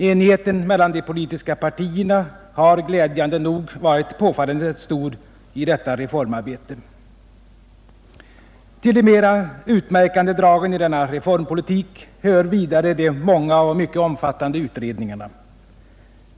Enigheten mellan de politiska partierna har glädjande nog varit påfallande stor i detta reformarbete. Till de mera utmärkande dragen i denna reformpolitik hör vidare de många och mycket omfattande utredningarna.